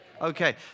Okay